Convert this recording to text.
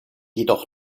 jedoch